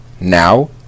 Now